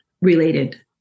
related